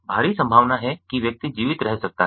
भारी संभावना है कि व्यक्ति जीवित रह सकता है